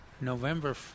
November